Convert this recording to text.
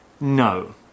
No